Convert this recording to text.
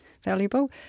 valuable